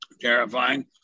terrifying